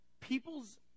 People's